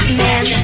man